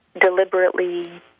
Deliberately